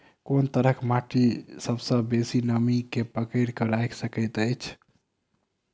कोन तरहक माटि सबसँ बेसी नमी केँ पकड़ि केँ राखि सकैत अछि?